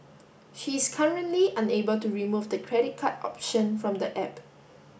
she is currently unable to remove the credit card option from the app